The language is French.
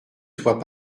soit